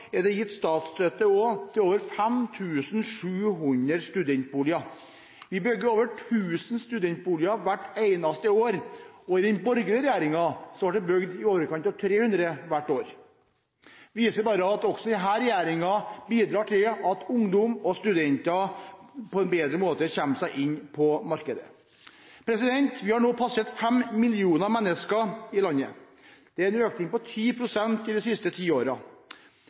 er det gitt statsstøtte til over 5 700 studentboliger. Vi bygger over 1 000 studentboliger hvert eneste år. Under den borgerlige regjeringen ble det bygd i overkant av 300 hvert år. Det viser bare at også denne regjeringen bidrar til at ungdom og studenter på en bedre måte kommer seg inn på boligmarkedet. Vi har nå passert fem millioner mennesker i dette landet. Det er en økning på 10 pst. i de siste ti